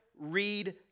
read